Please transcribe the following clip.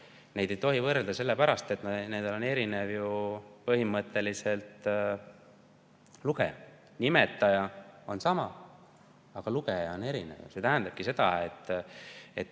Neid ei tohi võrrelda sellepärast, et nendel on põhimõtteliselt erinev lugeja. Nimetaja on sama, aga lugeja on erinev. See tähendabki seda, et